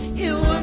you